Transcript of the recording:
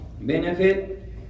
Benefit